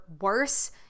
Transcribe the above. worse